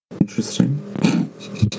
Interesting